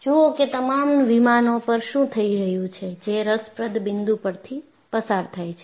જુઓ કે તમામ વિમાનો પર શું થઈ રહ્યું છે જે રસપ્રદ બિંદુ પરથી પસાર થાય છે